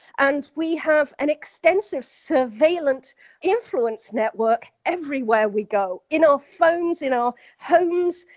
and we have an extensive surveillance influence network everywhere we go. in our phones, in our homes.